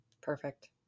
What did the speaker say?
Perfect